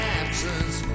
absence